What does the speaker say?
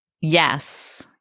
Yes